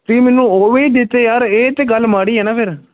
ਤੁਸੀਂ ਮੈਨੂੰ ਉਹ ਵੀ ਨਹੀਂ ਦਿੱਤੇ ਯਾਰ ਇਹ ਤਾਂ ਗੱਲ ਮਾੜੀ ਹੈ ਨਾ ਫਿਰ